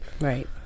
Right